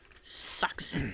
Sucks